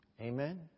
Amen